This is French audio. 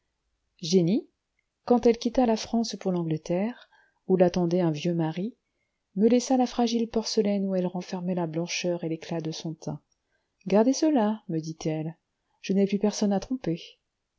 jenny quand elle quitta la france pour l'angleterre où l'attendait un vieux mari me laissa la fragile porcelaine où elle renfermait la blancheur et l'éclat de son teint gardez cela me dit-elle je n'ai plus personne à tromper